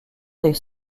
des